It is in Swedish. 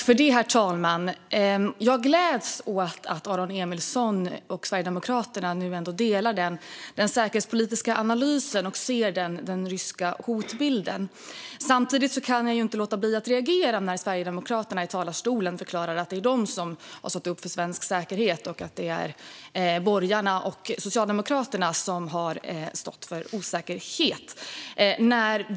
Herr talman! Jag gläds åt att Aron Emilsson och Sverigedemokraterna nu ändå instämmer i den säkerhetspolitiska analysen och ser den ryska hotbilden. Men jag kan inte låta bli att reagera när Sverigedemokraterna i talarstolen förklarar att det är de som har stått upp för svensk säkerhet och att det är borgarna och Socialdemokraterna som har stått för osäkerhet.